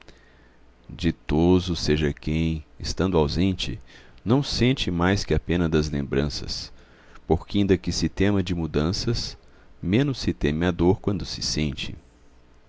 contente ditoso seja quem estando ausente não sente mais que a pena das lembranças porqu inda que se tema de mudanças menos se teme a dor quando se sente